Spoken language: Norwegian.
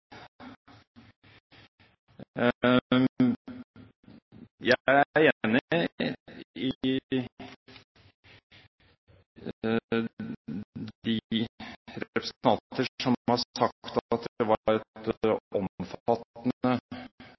Jeg er enig med de representanter som har sagt at det var et